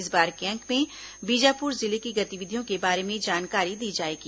इस बार के अंक में बीजापुर जिले की गतिविधियों के बारे में जानकारी दी जाएगी